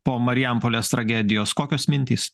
po marijampolės tragedijos kokios mintys